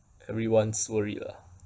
everyone's worried lah